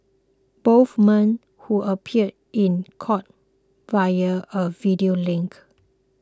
both men who appeared in court via a video link